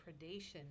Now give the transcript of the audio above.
predation